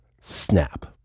snap